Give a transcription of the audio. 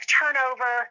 turnover